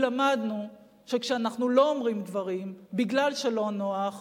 כי למדנו שכשאנחנו לא אומרים דברים בגלל שלא נוח,